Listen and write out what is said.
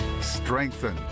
strengthen